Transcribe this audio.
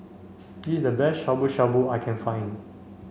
this is the best Shabu Shabu I can find